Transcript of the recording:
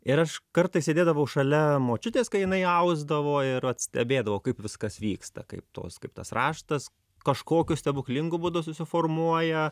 ir aš kartais sėdėdavau šalia močiutės kai jinai ausdavo ir vat stebėdavau kaip viskas vyksta kaip tos kaip tas raštas kažkokiu stebuklingu būdu susiformuoja